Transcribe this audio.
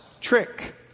trick